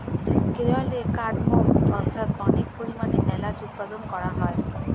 কেরলে কার্ডমমস্ অর্থাৎ অনেক পরিমাণে এলাচ উৎপাদন করা হয়